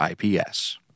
IPS